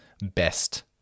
best